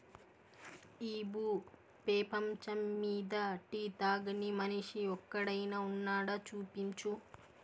ఈ భూ పేపంచమ్మీద టీ తాగని మనిషి ఒక్కడైనా వున్నాడా, చూపించు